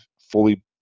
fully